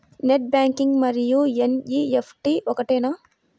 Net banking మరియు NEFT ఒకటేనా?